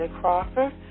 Crawford